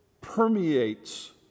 permeates